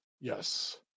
yes